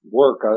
work